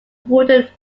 wounded